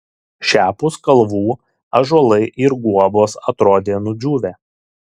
šiapus kalvų ąžuolai ir guobos atrodė nudžiūvę